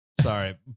Sorry